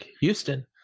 houston